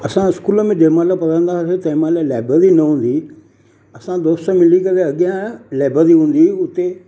असां स्कूल में जंहिं महिल पढ़ंदासीं तंहिं महिल लाबेरी न हूंदी असां दोस्त मिली करे अॻियां या लाबेरी हूंदी हुई उते